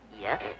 Yes